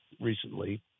recently